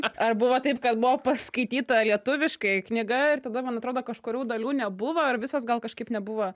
ar buvo taip kad buvo paskaityta lietuviškai knyga ir tada man atrodo kažkurių dalių nebuvo ir visos gal kažkaip nebuvo